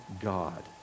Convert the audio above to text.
God